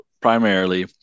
Primarily